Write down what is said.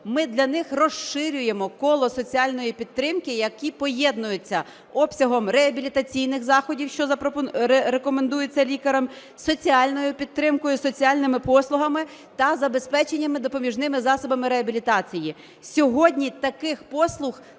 Ми для них розширюємо кола соціальної підтримки, які поєднуються обсягом реабілітаційних заходів, що рекомендуються лікарем, соціальною підтримкою, соціальними послугами та забезпеченням допоміжними засобами реабілітації. Сьогодні таких послуг немає